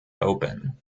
open